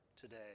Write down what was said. today